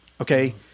Okay